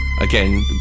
again